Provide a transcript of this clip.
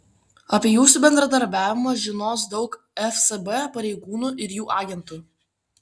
apie jūsų bendradarbiavimą žinos daug fsb pareigūnų ir jų agentų